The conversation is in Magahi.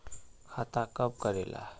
खाता कब करेला?